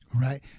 Right